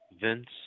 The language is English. Vince